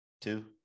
two